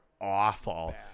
awful